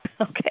Okay